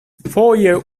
foje